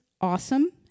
awesome